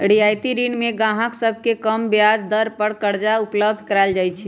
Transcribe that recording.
रियायती ऋण में गाहक सभके कम ब्याज दर पर करजा उपलब्ध कराएल जाइ छै